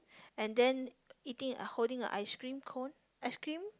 and then eating uh holding a ice cream cone ice cream